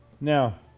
now